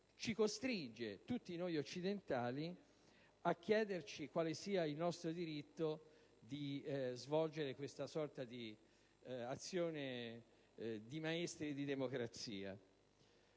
costringe noi occidentali a chiederci quale sia il nostro diritto di svolgere questa sorta di azione di maestri di democrazia.